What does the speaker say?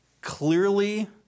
Clearly